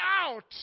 out